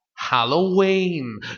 Halloween